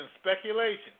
speculation